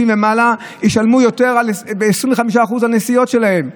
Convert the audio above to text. ומעלה ישלמו 25% יותר על הנסיעות שלהם.